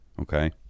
okay